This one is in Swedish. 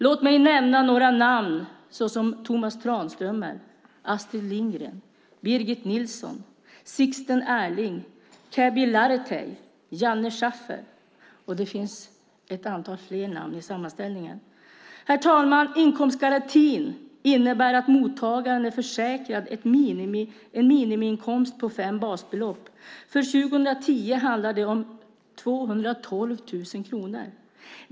Låt mig nämna namn som Tomas Tranströmer, Astrid Lindgren, Birgit Nilsson, Sixten Ehrling, Käbi Laretei och Janne Schaffer. Det finns fler namn i sammanställningen. Herr talman! Inkomstgarantin innebär att mottagaren är försäkrad en minimiinkomst på fem basbelopp. För 2010 handlar det om 212 000 kronor.